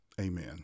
Amen